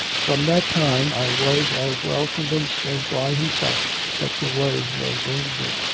from that time i was as well convinced as bligh himself that there was no danger,